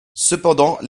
cependant